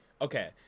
Okay